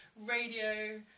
radio